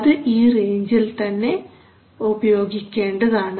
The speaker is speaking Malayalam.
അത് ഈ റേഞ്ചിൽ തന്നെ ഉപയോഗിക്കേണ്ടതാണ്